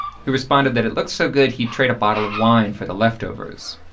who responded that it looks so good, he'd trade a bottle of wine for the leftovers.